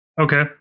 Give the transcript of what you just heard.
Okay